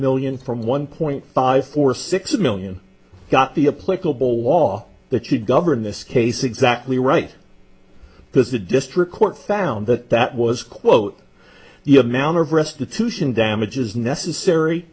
million from one point five four six million got the a political ball law that you govern this case exactly right because the district court found that that was quote the amount of restitution damages necessary